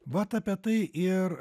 vat apie tai ir